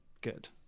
good